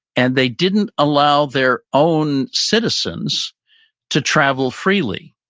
and they didn't allow their own citizens to travel freely.